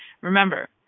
Remember